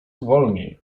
wolniej